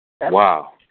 Wow